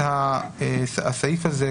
הסעיף הזה,